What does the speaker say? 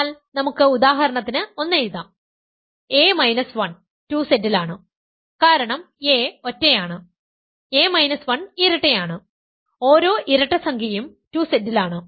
എന്നാൽ നമുക്ക് ഉദാഹരണത്തിന് ഒന്ന് എഴുതാം a 1 2Z ലാണ് കാരണം a ഒറ്റയാണ് a 1 ഇരട്ടയാണ് ഓരോ ഇരട്ടസംഖ്യയും 2Z ലാണ്